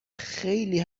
خیلی